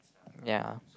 ya